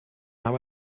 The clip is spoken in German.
haben